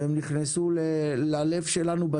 והם נכנסו ללב שלנו,